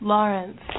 Lawrence